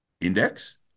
index